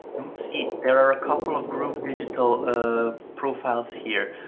you'll see there are a couple of groove digital ah profiles here.